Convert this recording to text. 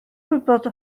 gwybod